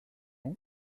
non